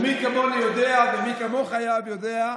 מי כמוני יודע ומי כמוך יודע, יואב,